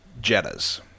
Jettas